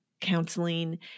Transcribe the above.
counseling